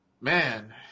Man